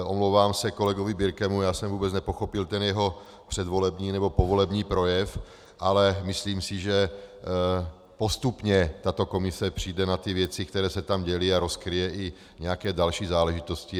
Omlouvám se kolegovi Birkemu, já jsem vůbec nepochopil ten jeho předvolební nebo povolební projev, ale myslím si, že postupně tato komise přijde na ty věci, které se tam děly, a rozkryje i nějaké další záležitosti.